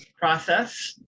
process